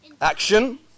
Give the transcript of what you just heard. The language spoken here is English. Action